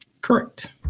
Correct